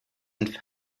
and